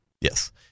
Yes